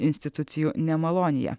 institucijų nemalonėje